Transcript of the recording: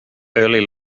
early